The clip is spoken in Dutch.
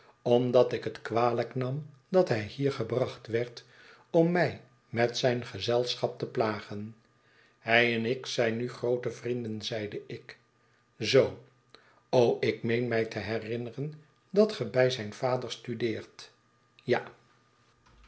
omdat ik het kwalijk nam dat hij hier gebracht werd om my met zijn gezelschap te plagen hij en ik zijn nu groote vrienden zeide ik zoo ik meen mij te herinneren dat ge bij zijn vader studeert jal